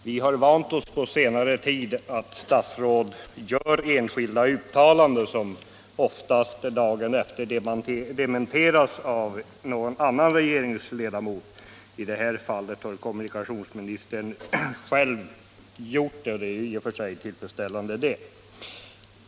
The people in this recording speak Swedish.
Vi har på senare tid vant oss vid att statsråd gör enskilda uttalanden, som ofta dagen efteråt dementeras av någon annan regeringsledamot —- i det här fallet har kommunikationsministern själv gjort det, och detta är ju i och för sig tillfredsställande.